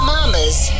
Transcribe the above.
Mama's